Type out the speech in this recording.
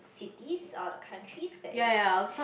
cities or the countries that you are